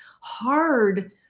hard